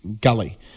gully